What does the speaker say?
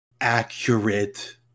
accurate